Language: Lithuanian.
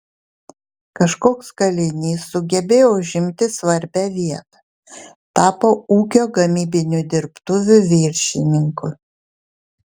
kažkoks kalinys sugebėjo užimti svarbią vietą tapo ūkio gamybinių dirbtuvių viršininku